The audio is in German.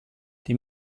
die